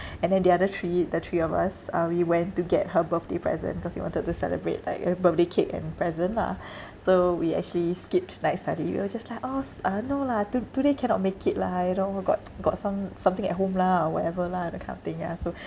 and then the other three the three of us uh we went to get her birthday present cause we wanted to celebrate like uh birthday cake and present lah so we actually skipped night study we were just like oh s~ uh no lah to~ today cannot make it lah you know got got some~ something at home lah or whatever lah that kind of thing ya so